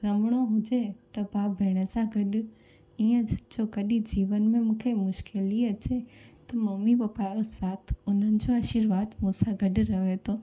रमणो हुजे त भाउ भेण सां गॾु ईअं जो कॾहिं जीवन में मूंखे मुश्किली अचे त ममी पपा जो साथ उन जो आशिर्वाद मूंसां गॾु रहे थो